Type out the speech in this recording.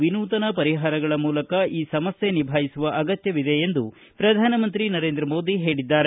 ವಿನೂತನ ಪರಿಹಾರಗಳ ಮೂಲಕ ಈ ಸಮಸ್ತೆ ನಿಭಾಯಿಸುವ ಅಗತ್ಯವಿದೆ ಎಂದು ಪ್ರಧಾನಮಂತ್ರಿ ನರೇಂದ್ರ ಮೋದಿ ಹೇಳಿದ್ದಾರೆ